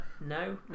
no